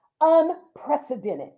unprecedented